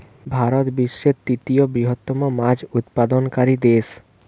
ভারত বিশ্বের তৃতীয় বৃহত্তম মাছ উৎপাদনকারী দেশ